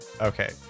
okay